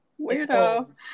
Weirdo